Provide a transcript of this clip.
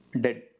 dead